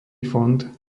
fond